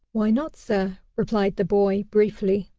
why not, sir? replied the boy briefly.